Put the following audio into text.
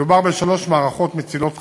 מדובר בשלוש מערכות מצילות חיים: